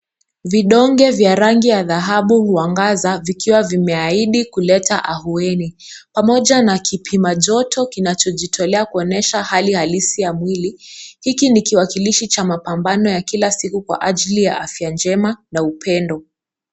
Vidonge vya rangi ya dhahabu huangaza vikiwa vimeahidi kuleta ahueni. Pamoja na kipima joto kinachojitolea kuonyesha hali halisi ya mwili. Hiki ni kiwakilishi cha mapambano ya kila siku kwa ajili ya afya njema na upendo.